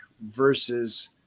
versus